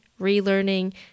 relearning